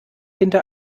hinter